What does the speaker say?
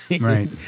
Right